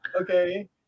okay